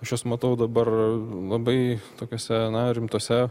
aš juos matau dabar labai tokiose rimtose